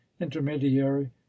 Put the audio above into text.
intermediary